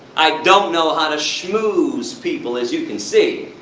i don't know how to schmooze people, as you can see.